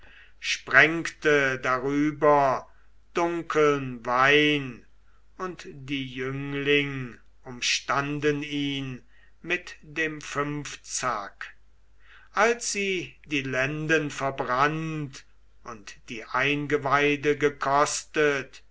sprengte darüber dunkeln wein und die jüngling umstanden ihn mit dem fünfzack als sie die lenden verbrannt und die eingeweide gekostet